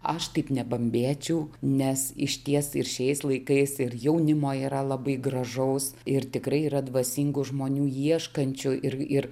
aš taip nebambėčiau nes išties ir šiais laikais ir jaunimo yra labai gražaus ir tikrai yra dvasingų žmonių ieškančių ir ir